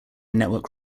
network